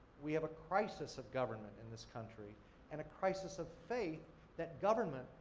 we have a crisis of government in this country and a crisis of faith that government,